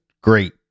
great